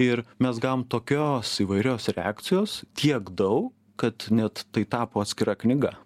ir mes gavom tokios įvairios reakcijos tiek dau kad net tai tapo atskira knyga